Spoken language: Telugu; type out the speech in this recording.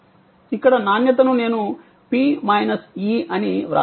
ఇక్కడ నాణ్యతను నేను P మైనస్ E అని వ్రాస్తాను